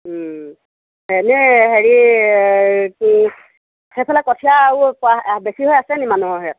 এনে হেৰি এইটো সেইফালে কঠীয়া আৰু বেছি হৈ আছেনি মানুহৰ